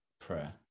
prayer